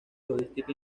logística